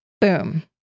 Boom